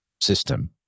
system